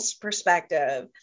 perspective